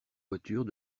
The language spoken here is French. voitures